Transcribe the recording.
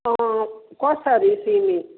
अँ कसरी सिमी